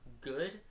good